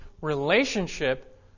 relationship